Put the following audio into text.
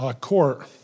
court